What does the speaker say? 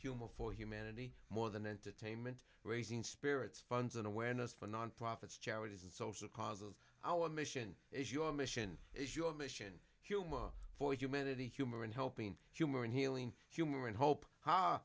humor for humanity more than entertainment raising spirits funds and awareness for non profits charities and social causes our mission is your mission is your mission humor for humanity humor in helping humor in healing humor in hope ha